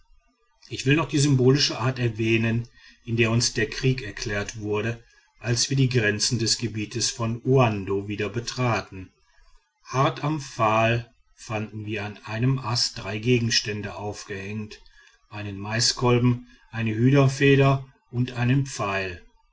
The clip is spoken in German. ich will noch die symbolischer art erwähnen in der uns der krieg erklärt wurde als wir die grenzen des gebiets von uando wieder betraten hart am pfad fanden wir an einem ast drei gegenstände aufgehängt einen maiskolben eine hühnerfeder und einen pfeil